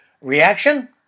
Reaction